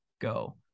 go